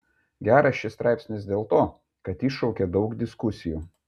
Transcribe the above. geras šis straipsnis dėl to kad iššaukė daug diskusijų